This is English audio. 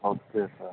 okay sir